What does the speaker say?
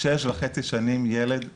שש וחצי שנים ילד חסידי,